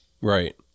Right